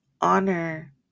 honor